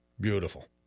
Beautiful